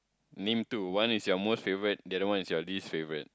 name two one is your most favorite the other one is your least favorite